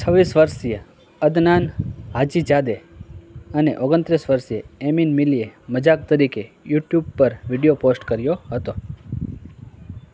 છવ્વીસ વર્ષીય Adnan Hajizade અને ઓગણત્રીસ વર્ષીય એમિન મિલીએ મજાક તરીકે યુટ્યુબ પર વીડિયો પોસ્ટ કર્યો હતો